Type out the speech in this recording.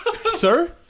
sir